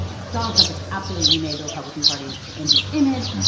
but donald trump has absolutely remade the republican party as in his image.